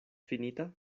finita